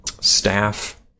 staff